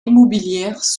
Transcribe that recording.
immobilière